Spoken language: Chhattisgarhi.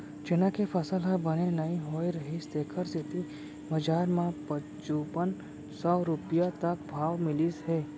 चना के फसल ह बने नइ होए रहिस तेखर सेती बजार म पचुपन सव रूपिया तक भाव मिलिस हे